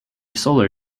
solar